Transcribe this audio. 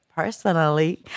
Personally